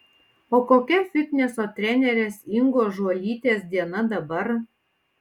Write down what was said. o kokia fitneso trenerės ingos žuolytės diena dabar